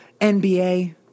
NBA